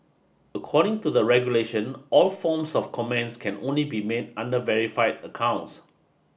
according to the regulation all forms of comments can only be made under verified accounts